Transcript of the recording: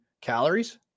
calories